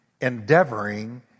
endeavoring